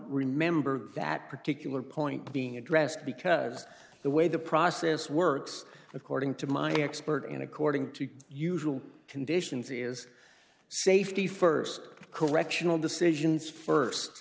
remember that particular point being addressed because the way the process works according to my expert in according to usual conditions is safety st correctional decisions